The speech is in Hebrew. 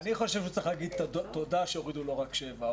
אני חושב שצריך להגיד תודה שהורידו לו רק שבע,